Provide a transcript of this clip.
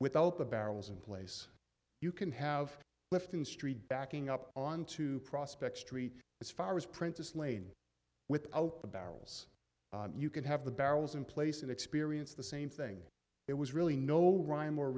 without the barrels in place you can have left in street backing up onto prospect street as far as princess lane without the barrels you could have the barrels in place and experience the same thing it was really no rhyme or